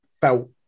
felt